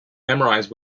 memorize